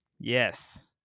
Yes